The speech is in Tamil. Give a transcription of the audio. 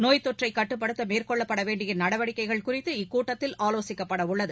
நோய்த்தொற்றை கட்டுப்படுத்த மேற்கொள்ளப்படவேண்டிய நடவடிக்கைகள் குறித்து இக்கூட்டத்தில் ஆவோசிக்கப்படவுள்ளது